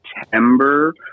September